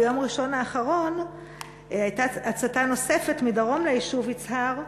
ביום ראשון האחרון הייתה הצתה נוספת מדרום ליישוב יצהר,